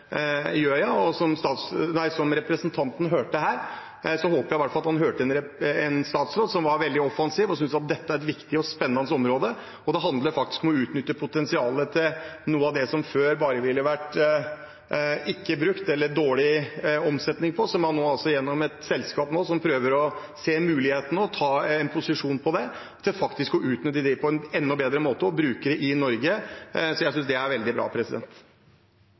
gjør jeg. Representanten hørte her – det håper jeg i hvert fall – en statsråd som var veldig offensiv og syntes at dette er et viktig og spennende område. Det handler om å utnytte potensialet til noe av det som før ikke ville vært brukt, eller ville vært dårlig omsetning av, og som man gjennom et selskap nå prøver å se mulighetene for – komme i posisjon til å utnytte det på en enda bedre måte og bruke det i Norge. Jeg synes det er veldig bra.